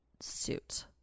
suit